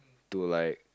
to like